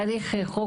חוק